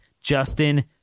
Justin